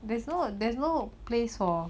there's no there's no place for